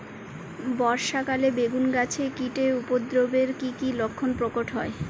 বর্ষা কালে বেগুন গাছে কীটের উপদ্রবে এর কী কী লক্ষণ প্রকট হয়?